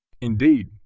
Indeed